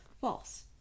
False